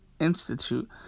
Institute